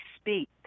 speak